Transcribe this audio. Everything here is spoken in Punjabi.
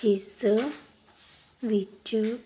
ਜਿਸ ਵਿੱਚ